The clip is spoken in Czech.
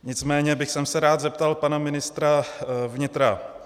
Nicméně bych se rád zeptal pana ministra vnitra.